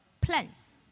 plans